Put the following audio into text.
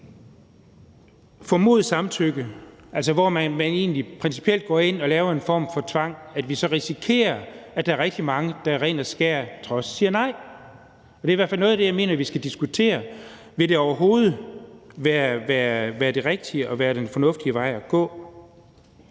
formodet samtykke, altså hvor man principielt går ind og laver en form for tvang, så risikerer, at der er rigtig mange, der i ren og skær trods siger nej. Det er i hvert fald noget af det, jeg mener vi skal diskutere: Vil det overhovedet være det rigtige at gøre og den fornuftige vej at gå?